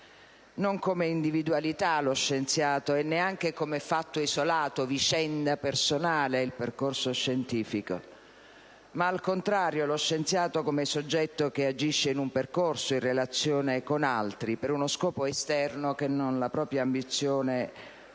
non come individualità (lo scienziato) e neanche come fatto isolato, vicenda personale (il percorso scientifico), ma al contrario lo scienziato come soggetto che agisce in un percorso in relazione con altri per uno scopo esterno che non la propria ambizione o la